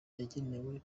yagenewe